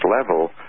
level